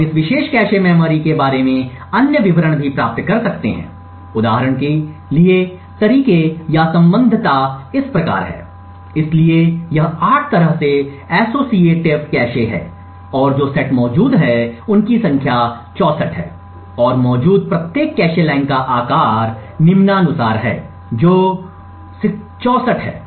हम इस विशेष कैश मेमोरी के बारे में अन्य विवरण भी प्राप्त कर सकते हैं उदाहरण के लिए तरीके या संबद्धता इस प्रकार है इसलिए यह 8 तरह से एसोसिएटेड कैश है और जो सेट मौजूद हैं उनकी संख्या 64 है और मौजूद प्रत्येक कैश लाइन का आकार निम्नानुसार है भी 64 है